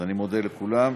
אז אני מודה לכולם,